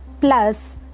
plus